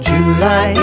July